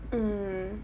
mm